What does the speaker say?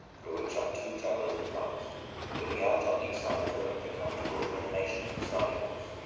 through which our two travelers advanced looking out on each side of them at the comfortable animation of the sidewalks,